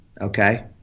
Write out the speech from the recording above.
Okay